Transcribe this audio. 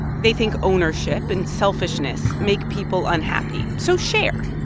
they think ownership and selfishness make people unhappy. so share.